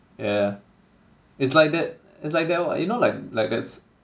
yeah it's like that it's like that what you know like like that s~